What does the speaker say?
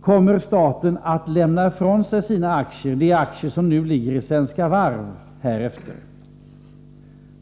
Kommer staten härefter att lämna ifrån sig sina aktier i Svenska Varv?